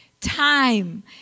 time